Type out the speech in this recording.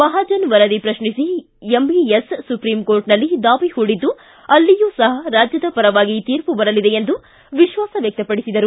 ಮಹಾಜನ ವರದಿ ಪ್ರಶ್ನಿಸಿ ಎಂಇಎಸ್ ಸುಪ್ರೀಂಕೋರ್ಟ್ನಲ್ಲಿ ದಾವೆ ಪೂಡಿದ್ದು ಅಲ್ಲಿಯೂ ಸಹ ರಾಜ್ಯದ ಪರವಾಗಿ ತೀರ್ಪು ಬರಲಿದೆ ಎಂದು ವಿಶ್ವಾಸ ವ್ಯಕ್ತಪಡಿಸಿದರು